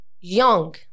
young